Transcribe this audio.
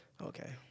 Okay